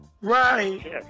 Right